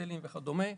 הוסטלים וכדומה,